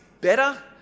better